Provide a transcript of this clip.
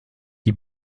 die